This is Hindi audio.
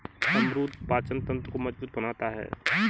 अमरूद पाचन तंत्र को मजबूत बनाता है